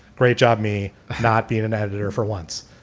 great job. me not being an editor for once.